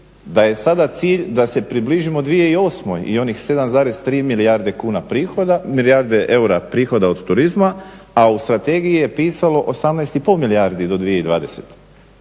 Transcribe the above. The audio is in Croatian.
da je sada cilj da se približimo 2008. i onih 7,3 milijarde kuna prihoda, milijarde eura prihoda od turizma, a u strategiji je pisalo 18,5 milijardi do 2020.